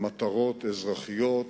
מטרות אזרחיות